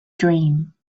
dream